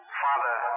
father